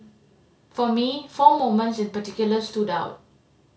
for me four moments in particular stood out